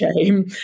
shame